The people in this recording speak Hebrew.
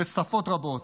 בשפות רבות,